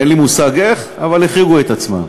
אין לי מושג איך, אבל החריגו את עצמם.